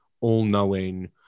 all-knowing